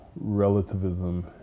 relativism